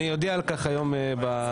אני אודיע על כך היום במליאה.